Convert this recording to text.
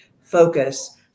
focus